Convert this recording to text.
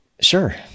Sure